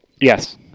Yes